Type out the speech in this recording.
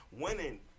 winning